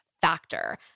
Factor